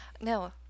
no